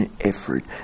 effort